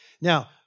Now